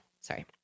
Sorry